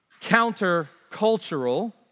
countercultural